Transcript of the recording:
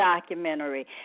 documentary